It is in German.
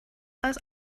als